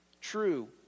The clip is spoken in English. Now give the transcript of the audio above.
true